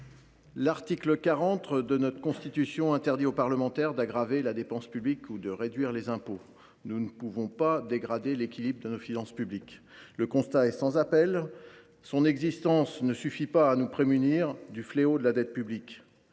l’article 40 de notre Constitution interdit aux parlementaires d’aggraver la dépense publique ou de réduire les impôts. Il leur est impossible de dégrader l’équilibre de nos finances publiques. Le constat est sans appel : l’existence de cet article ne suffit pas à nous prémunir contre le fléau de la dette publique.